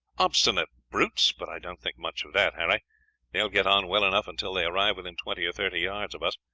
obstinate brutes! but i don't think much of that, harry they get on well enough until they arrive within twenty or thirty yards of us,